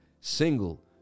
single